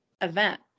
event